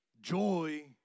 joy